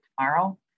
tomorrow